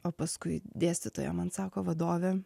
o paskui dėstytoja man sako vadovė